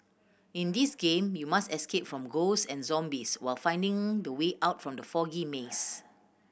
in this game you must escape from ghost and zombies while finding the way out from the foggy maze